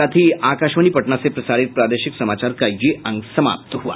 इसके साथ ही आकाशवाणी पटना से प्रसारित प्रादेशिक समाचार का ये अंक समाप्त हुआ